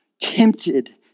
tempted